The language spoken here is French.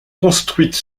construite